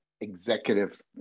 executive